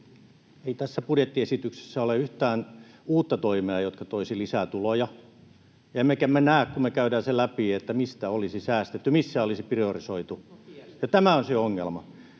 Ei tässä budjettiesityksessä ole yhtään uutta toimea, joka toisi lisää tuloja, emmekä me näe, kun me käymme sen läpi, mistä olisi säästetty, missä olisi priorisoitu. Tämä on se ongelma.